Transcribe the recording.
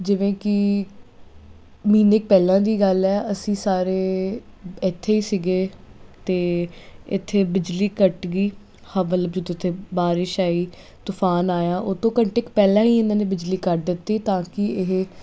ਜਿਵੇਂ ਕਿ ਮਹੀਨੇ ਕੁ ਪਹਿਲਾਂ ਦੀ ਗੱਲ ਹੈ ਅਸੀਂ ਸਾਰੇ ਇੱਥੇ ਹੀ ਸੀਗੇ ਅਤੇ ਇੱਥੇ ਬਿਜਲੀ ਕੱਟ ਗਈ ਹਵਲ ਜਿੱਥੇ ਬਾਰਿਸ਼ ਆਈ ਤੂਫਾਨ ਆਇਆ ਉਹਤੋਂ ਘੰਟੇ ਕੁ ਪਹਿਲਾਂ ਹੀ ਇਹਨਾਂ ਨੇ ਬਿਜਲੀ ਕੱਟ ਦਿੱਤੀ ਤਾਂ ਕਿ ਇਹ